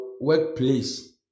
workplace